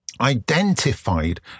identified